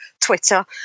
Twitter